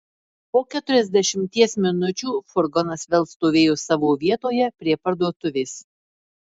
po keturiasdešimties minučių furgonas vėl stovėjo savo vietoje prie parduotuvės